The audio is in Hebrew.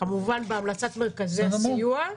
כמובן בהמלצת מרכזי הסיוע.